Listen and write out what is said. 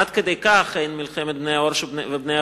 עד כדי כך אין מלחמת בני-אור ובני-החושך,